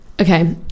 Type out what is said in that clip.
okay